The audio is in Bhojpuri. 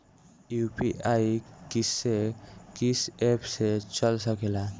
यू.पी.आई किस्से कीस एप से चल सकेला?